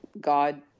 God